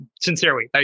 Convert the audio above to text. Sincerely